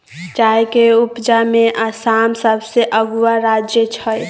चाय के उपजा में आसाम सबसे अगुआ राज्य छइ